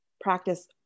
practice